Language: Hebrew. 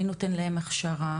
מי נותן להן הכשרה?